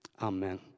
amen